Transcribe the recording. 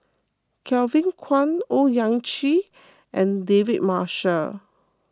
Kevin Kwan Owyang Chi and David Marshall